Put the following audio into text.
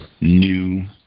new